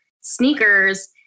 sneakers